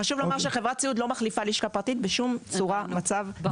חשוב לומר שחברת סיעוד לא מחליפה לשכה פרטית בשום צורה או מצב.